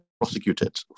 prosecuted